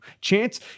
Chance